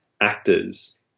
actors